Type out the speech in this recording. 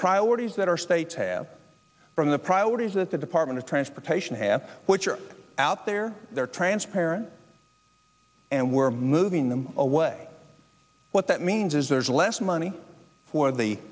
priorities that are states have from the priorities that the department of transportation have which are out there they're transparent and we're moving them away what that means is there's less money for the